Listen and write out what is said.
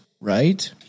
right